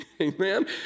Amen